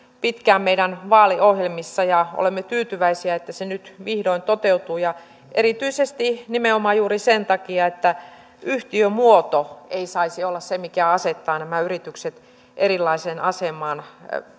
pitkään meidän vaaliohjelmissamme ja olemme tyytyväisiä että se nyt vihdoin toteutuu ja erityisesti nimenomaan juuri sen takia että yhtiömuoto ei saisi olla se mikä asettaa nämä yritykset erilaiseen asemaan